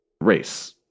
race